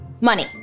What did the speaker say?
money